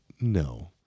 No